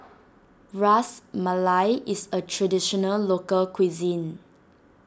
Ras Malai is a Traditional Local Cuisine